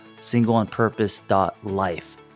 singleonpurpose.life